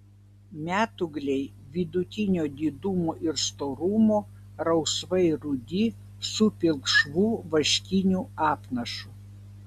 metūgliai vidutinio didumo ir storumo rausvai rudi su pilkšvu vaškiniu apnašu